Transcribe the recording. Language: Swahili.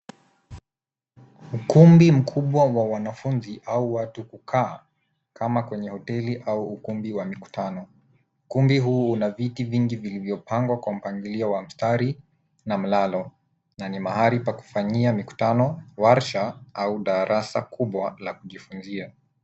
Ukumbi mkubwa wa wanafunzi au watu kukaa kama kwenye hoteli au ukumbi wa mikutano. Ukumbi huu una viti vingi vilivyopangwa kwa mpangilio wa mstari na mlalo na ni mahali pa kufanyia mikutano, warsa au darasa kubwa la kujifunzia.